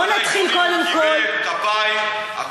בוא נתחיל קודם כול, מה קרה?